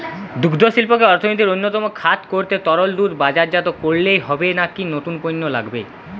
দুগ্ধশিল্পকে অর্থনীতির অন্যতম খাত করতে তরল দুধ বাজারজাত করলেই হবে নাকি নতুন পণ্য লাগবে?